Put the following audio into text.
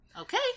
okay